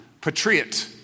Patriot